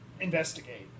investigate